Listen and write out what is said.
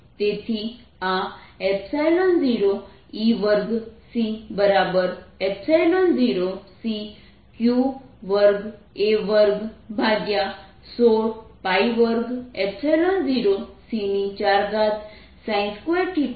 તેથી આ 0E2c0cq2 a216 2 0 c4sin2 r2 છે